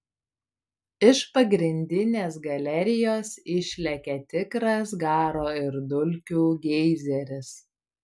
iš pagrindinės galerijos išlekia tikras garo ir dulkių geizeris